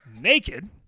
naked